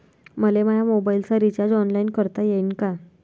मले माया मोबाईलचा रिचार्ज ऑनलाईन करता येईन का?